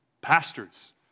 pastors